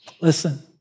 Listen